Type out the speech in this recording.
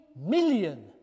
million